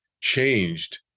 changed